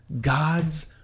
God's